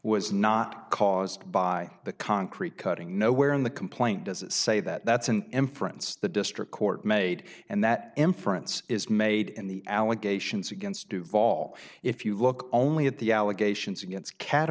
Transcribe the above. was not caused by the concrete cutting no where in the complaint does it say that that's an inference the district court made and that inference is made in the allegations against do fall if you look only at the allegations against